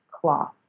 cloth